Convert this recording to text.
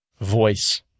voice